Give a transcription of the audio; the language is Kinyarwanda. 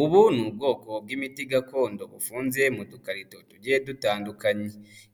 Ubu ni ubwoko bw'imiti gakondo bufunze mu dukarito tugiye dutandukanye.